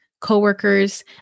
co-workers